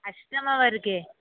अष्टम वर्गे